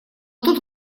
тут